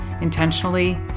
intentionally